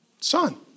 son